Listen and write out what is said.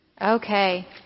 Okay